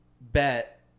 bet